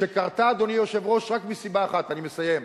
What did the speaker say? שקרתה רק מסיבה אחת, אדוני היושב-ראש, אני מסיים,